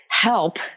help